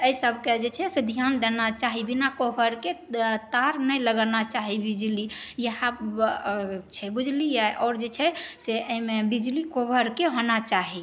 एहि सबके जे छै से धियान देना चाही बिना कोभरके तार नहि लगाना चाही बिजली यएह छै बुझलिए आओर जे छै से अइमे बिजली कोभरके होना चाही